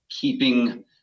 keeping